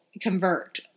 convert